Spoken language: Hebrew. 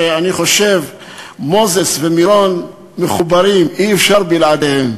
ואני חושב שמוזס ומירון מחוברים ואי-אפשר בלעדיהם.